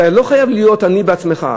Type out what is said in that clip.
אתה לא חייב להיות עני בעצמך.